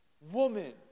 woman